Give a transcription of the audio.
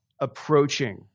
approaching